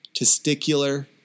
testicular